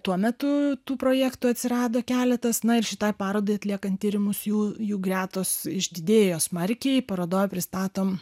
tuo metu tų projektų atsirado keletas na ir šitai parodai atliekant tyrimus jų jų gretos išdidėjo smarkiai parodoj pristatom